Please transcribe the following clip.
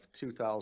2000 –